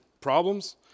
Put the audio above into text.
problems